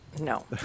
no